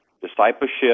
discipleship